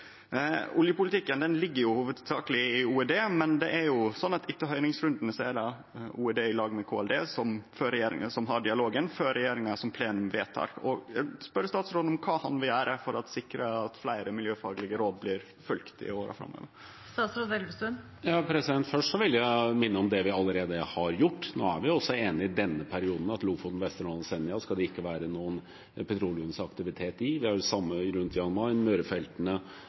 i konsesjonsrundane. Oljepolitikken ligg hovudsakleg i OED, men etter høyringsrunden er det OED i lag med KLD som har dialogen før regjeringa i plenum vedtek. Eg vil spørje statsråden om kva han vil gjere for å sikre at fleire miljøfaglege råd blir følgde i åra framover. Først vil jeg minne om det vi allerede har gjort. Nå er vi også i denne perioden enige om at i Lofoten, Vesterålen og Senja skal det ikke være noen petroleumsaktivitet. Det er det samme rundt Jan Mayen, på Mørefeltene,